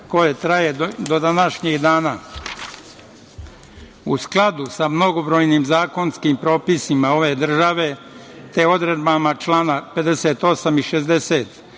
koja traje do današnjeg dana.U skladu sa mnogobrojnim zakonskim propisima ove države, te odredbama člana 58. i 60.